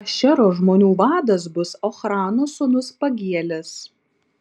ašero žmonių vadas bus ochrano sūnus pagielis